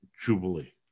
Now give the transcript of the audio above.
jubilee